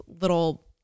little